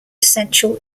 essential